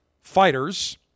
fighters